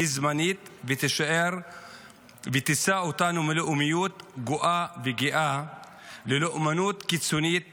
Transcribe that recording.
זמנית ותישא אותנו מלאומיות גואה וגאה ללאומנות קיצונית משיחית.